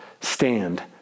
stand